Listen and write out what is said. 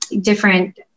different